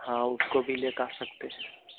हाँ उसको भी लेकर आ सकते हैं